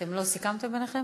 אתם לא סיכמתם ביניכם?